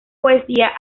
poesía